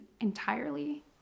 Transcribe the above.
entirely